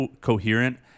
coherent